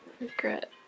Regret